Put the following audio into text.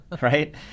right